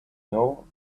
know